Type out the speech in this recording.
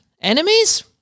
enemies